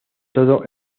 todo